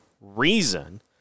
reason